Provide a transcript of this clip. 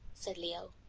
said leo,